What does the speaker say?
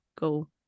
go